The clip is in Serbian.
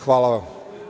Hvala vam.